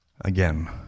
Again